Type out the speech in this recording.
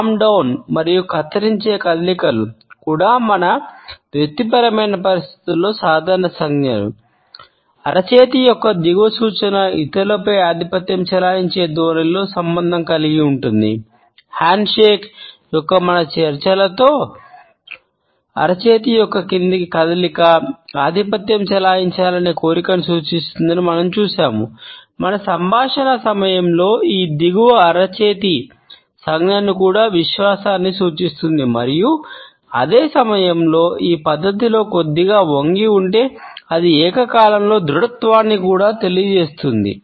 palm down సంజ్ఞ కూడా విశ్వాసాన్ని సూచిస్తుంది మరియు అదే సమయంలో ఈ పద్ధతిలో కొద్దిగా వంగి ఉంటే అది ఏకకాలంలో దృడత్వాన్ని కూడా తెలియజేస్తుంది